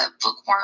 Bookworm